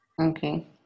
Okay